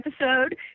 episode